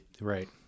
right